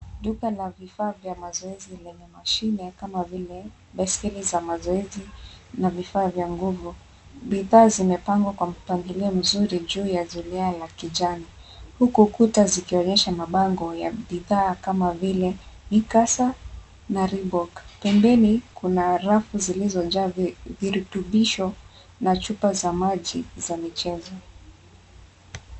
Duka la vifaa vya mazoezi lenye mashine kama vile basili za mazoezi na vifaa vya nguvu. Bidhaa zimepangwa kwa mpangilio mzuri juu ya zulia ya kijani huku kuta zikionyesha mabango ya bidhaa kama vile mikasa na reebok . Pembeni kuna rafu zilizojaa virutubisho na chupa za maji za michezo.